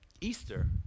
Easter